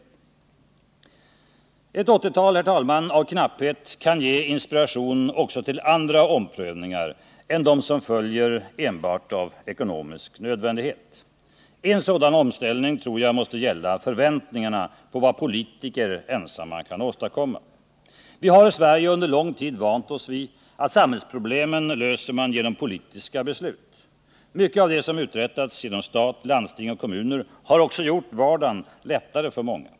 Ett 1980-tal, herr talman, av knapphet kan ge inspiration också till andra omprövningar än dem som följer enbart av ekonomisk nödvändighet. En sådan omställning tror jag måste gälla förväntningarna på vad politiker ensamma kan åstadkomma. Vi har i Sverige under lång tid vant oss vid att samhällsproblemen löser man genom politiska beslut. Mycket av det som uträttats genom stat, landsting och kommuner har också gjort vardagen lättare för många.